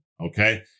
okay